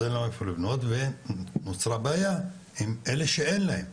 אז אין לו איפה לבנות ונוצרה בעיה עם אלה שאין להם,